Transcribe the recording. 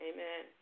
Amen